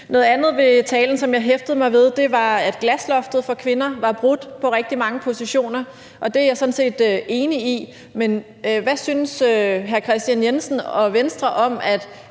Noget andet ved talen, som jeg hæftede mig ved, var, at glasloftet for kvinder var brudt, hvad angår rigtig mange positioner. Det er jeg sådan set enig i, men hvad synes hr. Kristian Jensen og Venstre om, at